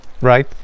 right